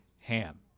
HAM